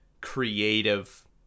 creative